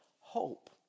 hope